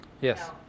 Yes